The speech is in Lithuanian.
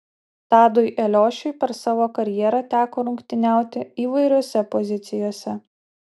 tadui eliošiui per savo karjerą teko rungtyniauti įvairiose pozicijose